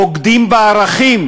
בוגדים בערכים